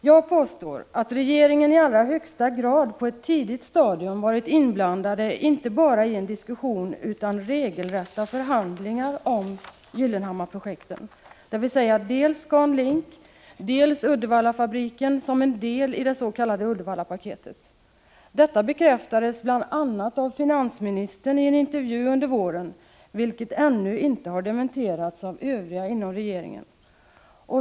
Jag påstår att regeringen på ett tidigt stadium i allra högsta grad varit inblandad inte bara i en diskussion utan i regelrätta förhandlingar om Gyllenhammarprojekten, dvs. dels Scandinavian Link, dels Uddevallafabriken som en del i det s.k. Uddevallapaketet. Detta bekräftades bl.a. av finansministern i en intervju under våren, och det har ännu inte dementerats av Övriga inom regeringen.